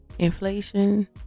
inflation